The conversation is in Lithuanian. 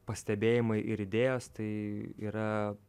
pastebėjimai ir idėjos tai yra